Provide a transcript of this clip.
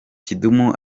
kidum